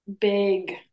big